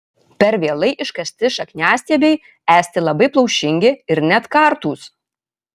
per vėlai iškasti šakniastiebiai esti labai plaušingi ir net kartūs